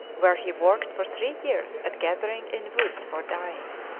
where he worked for three years at gathering in woods for dyeing.